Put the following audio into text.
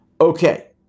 Okay